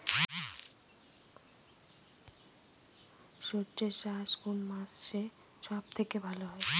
সর্ষে চাষ কোন মাসে সব থেকে ভালো হয়?